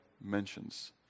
mentions